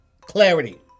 Clarity